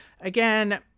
Again